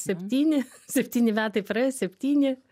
septyni septyni metai praėjo septyni